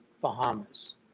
Bahamas